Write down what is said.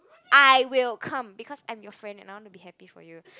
I will come because I'm your friend and I want to be happy for you